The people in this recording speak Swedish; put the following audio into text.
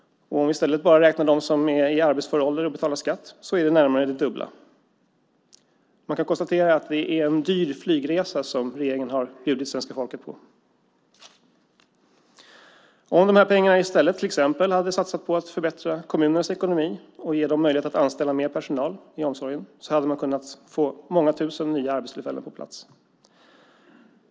Om vi i stället bara räknar dem som är i arbetsför ålder och betalar skatt är det närmare det dubbla. Man kan konstatera att det är en dyr flygresa som regeringen har bjudit svenska folket på. Om de här pengarna i stället till exempel hade satsats på att förbättra kommunernas ekonomi och ge dem möjligheter att anställa mer personal i omsorgen hade man kunnat få många tusen nya arbetstillfällen på plats.